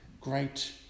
great